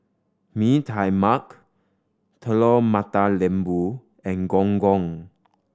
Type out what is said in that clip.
Mee Tai Mak Telur Mata Lembu and Gong Gong